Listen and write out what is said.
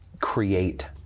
create